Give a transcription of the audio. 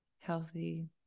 healthy